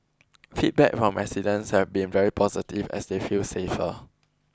feedback from residents have been very positive as they feel safer